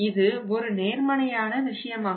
இது ஒரு நேர்மறையான விஷயமாகும்